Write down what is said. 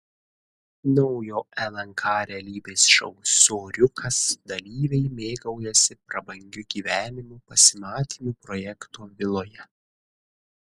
naujo lnk realybės šou soriukas dalyviai mėgaujasi prabangiu gyvenimu pasimatymų projekto viloje